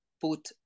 put